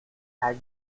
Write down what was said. had